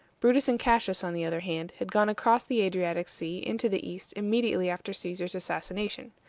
brutus and cassius, on the other hand, had gone across the adriatic sea into the east immediately after caesar's assassination.